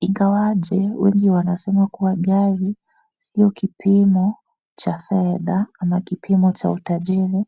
Ingawaje wengi wanasema kuwa gari sio kipimo cha fedha ama kipimo cha utajiri